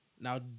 Now